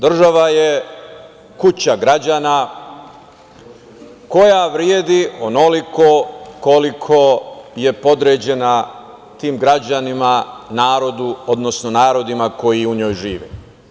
Država je kuća građana koja vredi onoliko koliko je podređena tim građanima, narodima koji u njoj žive.